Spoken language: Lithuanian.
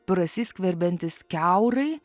prasiskverbiantis kiaurai